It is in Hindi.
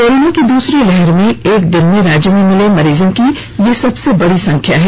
कोरोना की दूसरी लहर में एक दिन में राज्य में मिले मरीजों की यह सबसे बड़ी संख्या है